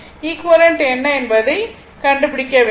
equivalent என்ன என்பதை கண்டுபிடிக்க வேண்டும்